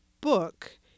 book